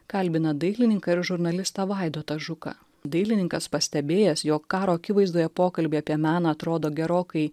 kalbina dailininką ir žurnalistą vaidotą žuką dailininkas pastebėjęs jog karo akivaizdoje pokalbiai apie meną atrodo gerokai